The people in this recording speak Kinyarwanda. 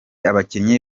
abakinnyi